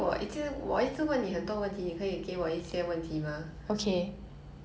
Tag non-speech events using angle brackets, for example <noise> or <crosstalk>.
I will kill you leh one of these days <laughs>